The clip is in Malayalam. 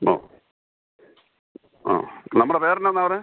ആ ആ നമ്മുടെ പേരെന്താണെന്നാണ് പറഞ്ഞത്